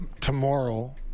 tomorrow